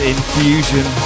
Infusion